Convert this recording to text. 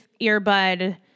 earbud